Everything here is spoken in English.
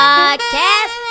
Podcast